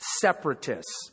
separatists